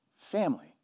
family